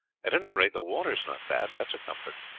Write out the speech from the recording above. at any rate, the water is not bad, that's a comfort.